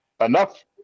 enough